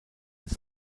des